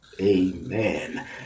amen